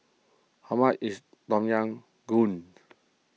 how much is Tom Yam Goong